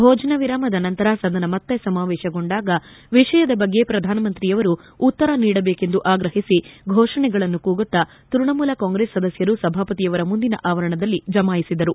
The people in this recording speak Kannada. ಭೋಜನ ವಿರಾಮದ ನಂತರ ಸದನ ಮತ್ತೆ ಸಮಾವೇಶಗೊಂಡಾಗ ವಿಷಯದ ಬಗ್ಗೆ ಪ್ರಧಾನ ಮಂತ್ರಿಯವರು ಉತ್ತರ ನೀಡಬೇಕೆಂದು ಆಗ್ರಹಿಸಿ ಘೋಷಣೆಗಳನ್ನು ಕೂಗುತ್ತಾ ತ್ಯಣಮೂಲ ಕಾಂಗ್ರೆಸ್ ಸಭಾಪತಿಯವರ ಮುಂದಿನ ಆವರಣದಲ್ಲಿ ಜಮಾಯಿಸಿದರು